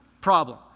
problem